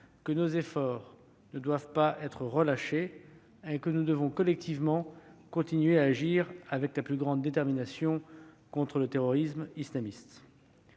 que nos efforts ne doivent pas être relâchés et que nous devons collectivement continuer à agir avec la plus grande détermination contre le terrorisme islamiste.